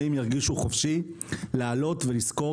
שעיתונאים ירגישו חופשי להעלות ולסקור